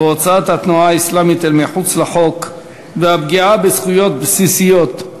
הוצאת התנועה האסלאמית אל מחוץ לחוק והפגיעה בזכויות בסיסיות,